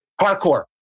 parkour